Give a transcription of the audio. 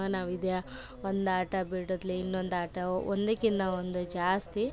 ನಾವು ಇದು ಯಾವ ಒಂದು ಆಟ ಬಿಡುತ್ಲೆ ಇನ್ನೊಂದು ಆಟ ಒಂದಕ್ಕಿನ್ನ ಒಂದು ಜಾಸ್ತಿ